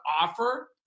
offer